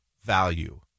value